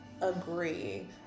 agree